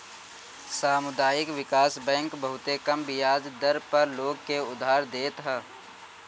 सामुदायिक विकास बैंक बहुते कम बियाज दर पअ लोग के उधार देत हअ